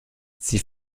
sie